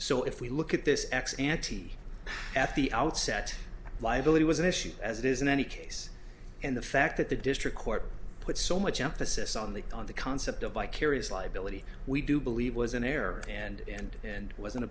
so if we look at this ex ante at the outset liability was an issue as it is in any case and the fact that the district court put so much emphasis on the on the concept of vicarious liability we do believe was an error and and